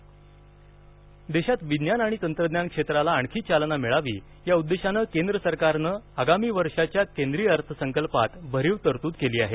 विज्ञान तंत्रज्ञान देशात विज्ञान आणि तंत्रज्ञान क्षेत्राला आणखी चालना मिळावी या उद्देशानं केंद्र सरकारनं आगामी वर्षाची केंद्रीय अर्थ संकल्पात भरीव तरतूद केली आहे